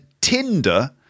Tinder